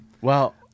Well-